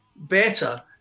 better